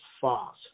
false